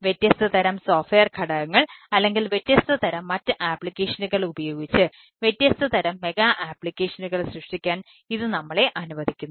വ്യത്യസ്ത തരം സോഫ്റ്റ്വെയർ സൃഷ്ടിക്കാൻ ഇത് നമ്മളെ അനുവദിക്കുന്നു